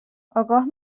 آگاه